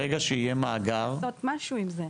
צריך לעשות משהו עם זה.